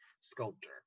sculptor